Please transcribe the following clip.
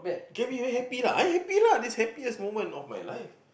you happy lah I happy lah this happiest moment of my life